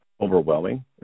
overwhelming